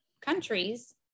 countries